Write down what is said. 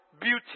beauty